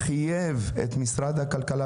הוא חייב את משרד האוצר,